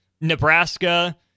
Nebraska